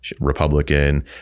Republican